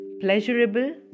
pleasurable